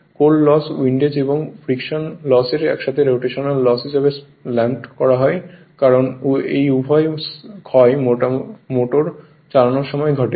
core loss windage এবং friction loss একসাথে rotational loss হিসাবে লাম্পড করা হয় কারণ এই উভয় ক্ষয় মোটর চালানোর সময় ঘটে